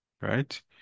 right